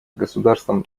государствам